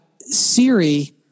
Siri